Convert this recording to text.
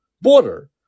border